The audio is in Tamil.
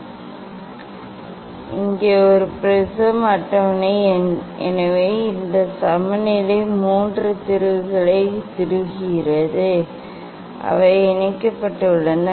இங்கே ஒரு முப்படை கண்ணாடிஅட்டவணை எனவே இந்த சமநிலை மூன்று திருகுகளை திருகுகிறது அவை இணைக்கப்பட்டுள்ளன